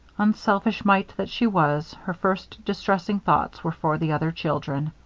unselfish mite that she was, her first distressing thoughts were for the other children.